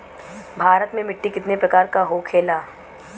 भारत में मिट्टी कितने प्रकार का होखे ला?